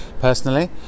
personally